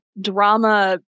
drama